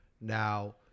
now